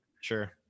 sure